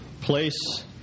place